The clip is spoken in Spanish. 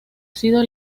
sido